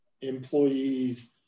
employees